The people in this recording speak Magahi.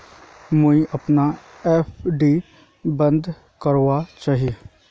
मुई अपना एफ.डी बंद करवा चहची